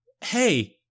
Hey